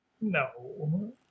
No